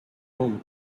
home